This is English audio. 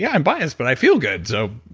yeah i'm bias, but i feel good. so